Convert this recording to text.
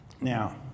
Now